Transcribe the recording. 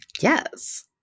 Yes